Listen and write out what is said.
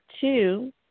two